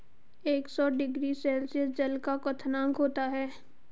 एक सौ degree Celsius जल का क्वथनांक होता है